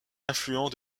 affluent